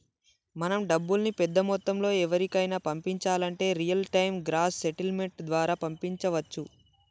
మనం డబ్బుల్ని పెద్ద మొత్తంలో ఎవరికైనా పంపించాలంటే రియల్ టైం గ్రాస్ సెటిల్మెంట్ ద్వారా పంపించవచ్చు